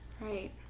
Right